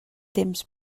temps